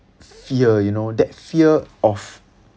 fear you know that fear of